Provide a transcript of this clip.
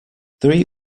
three